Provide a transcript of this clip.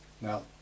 Now